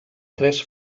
tres